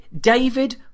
David